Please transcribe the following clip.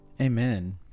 Amen